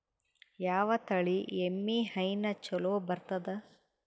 ಯಾವ ತಳಿ ಎಮ್ಮಿ ಹೈನ ಚಲೋ ಬರ್ತದ?